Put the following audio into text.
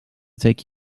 take